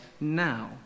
now